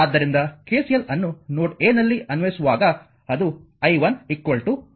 ಆದ್ದರಿಂದ KCL ಅನ್ನು node a ನಲ್ಲಿ ಅನ್ವಯಿಸುವಾಗ ಅದು i1 i2 i3 ಆಗಿದೆ